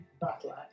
battle